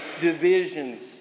divisions